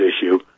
issue